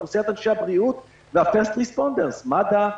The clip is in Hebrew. אוכלוסיית אנשי הבריאות וה-First responders: מד"א,